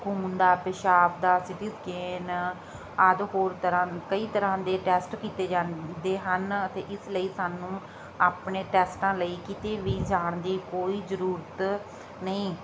ਖੂਨ ਦਾ ਪਿਸ਼ਾਬ ਦਾ ਸੀਟੀ ਸਕੈਨ ਆਦਿ ਹੋਰ ਤਰ੍ਹਾਂ ਕਈ ਤਰ੍ਹਾਂ ਦੇ ਟੈਸਟ ਕੀਤੇ ਜਾਂਦੇ ਹਨ ਅਤੇ ਇਸ ਲਈ ਸਾਨੂੰ ਆਪਣੇ ਟੈਸਟਾਂ ਲਈ ਕਿਤੇ ਵੀ ਜਾਣ ਦੀ ਕੋਈ ਜ਼ਰੂਰਤ ਨਹੀਂ